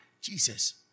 Jesus